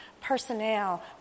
personnel